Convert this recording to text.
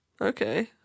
Okay